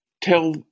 tell